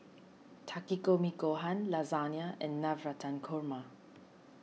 Takikomi Gohan Lasagna and Navratan Korma